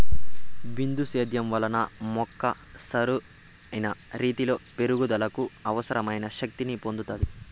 బిందు సేద్యం వలన మొక్క సరైన రీతీలో పెరుగుదలకు అవసరమైన శక్తి ని పొందుతాది